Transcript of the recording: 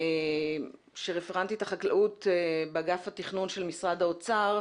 שרפרנטית החקלאות באגף התכנון של משרד האוצר,